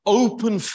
open